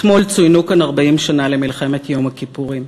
אתמול צוינו כאן 40 שנה למלחמת יום הכיפורים.